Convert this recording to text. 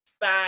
Bye